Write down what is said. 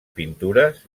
pintures